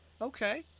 Okay